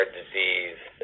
disease